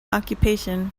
occupation